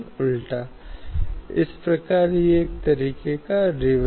तो हमने क्या कहा कि मौलिक निर्देश सिद्धांतों में मौलिक अधिकारों के विरुद्ध कोई प्रवर्तनीयता नहीं है